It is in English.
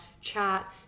chat